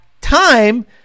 time